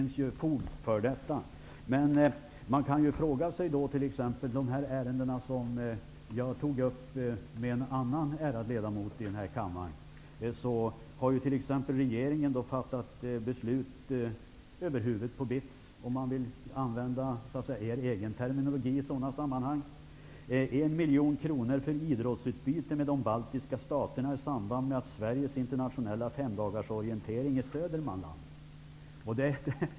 När det gäller de ärenden som jag tog upp med en annan ärad ledamot i den här kammaren har regeringen fattat beslut över huvudet på BITS, för att använda er egen terminologi: 1 miljon kronor för idrottsutbyte med de baltiska staterna i samband med Sveriges internationella femdagarsorientering i Södermanland.